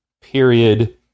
period